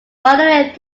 following